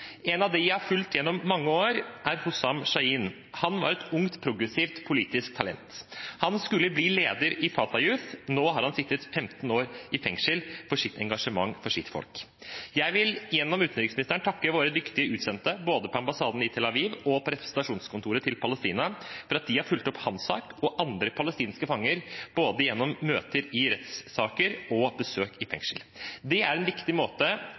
En av dem jeg har fulgt gjennom mange år, er Hussam Shaheen. Han var et ungt, progressivt politisk talent. Han skulle bli leder i Fatah Youth. Nå har han sittet 15 år i fengsel for sitt engasjement for sitt folk. Jeg vil, gjennom utenriksministeren, takke våre dyktige utsendte, både på ambassaden i Tel Aviv og på Det norske representasjonskontoret til Palestina, for at de har fulgt opp hans sak og andre palestinske fangers sak, både gjennom møter i rettssaker og gjennom besøk i fengsel. Det er en viktig måte